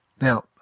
Now